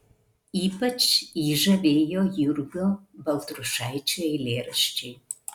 ypač jį žavėjo jurgio baltrušaičio eilėraščiai